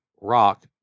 Rock